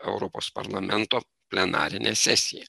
europos parlamento plenarinę sesiją